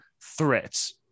threats